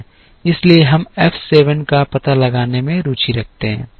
इसलिए हम F 7 का पता लगाने में रुचि रखते हैं